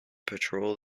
patrol